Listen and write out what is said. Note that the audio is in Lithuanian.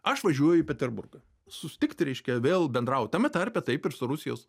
aš važiuoju į peterburgą susitikti reiškia vėl bendraut tame tarpe taip ir su rusijos